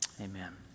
Amen